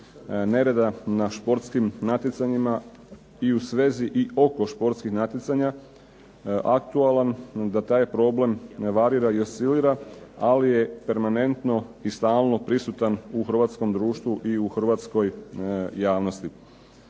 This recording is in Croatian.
nereda na športskim natjecanjima i u svezi i oko športskih natjecanja aktualna, da taj problem ne varira i ne oscilira ali je permanentno i stalno prisutan u Hrvatskom društvu i u Hrvatskoj javnosti.